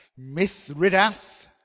Mithridath